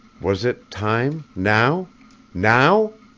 was it time now now?